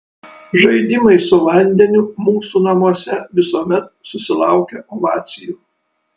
žaidimai su vandeniu mūsų namuose visuomet susilaukia ovacijų